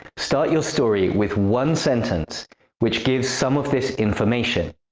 start your story with one sentence which gives some of this information.